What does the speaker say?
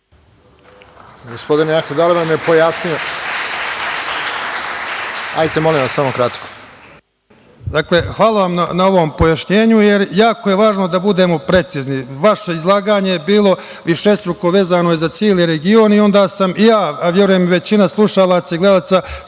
Hvala vam na pojašnjenju, jer jako je važno da budemo precizni. Vaše izlaganje je bilo višestruko, vezano je za ceo region i onda sam ja, a verujem i većina slušalaca i gledalaca